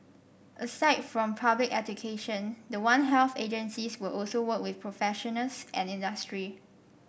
aside from public education the one health agencies will also work with professionals and industry